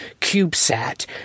CubeSat